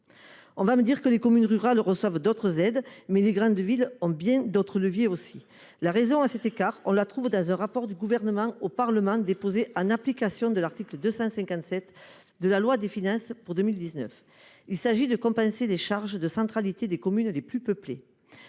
On me dira que les communes rurales reçoivent d'autres aides, mais les grandes villes disposent de bien d'autres leviers encore. La raison de cet écart, on la trouve dans un rapport remis par le Gouvernement au Parlement en application de l'article 257 de la loi de finances pour 2019 : il s'agit de compenser les charges de centralité des communes les plus peuplées.